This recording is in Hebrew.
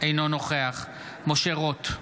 אינו נוכח משה רוט,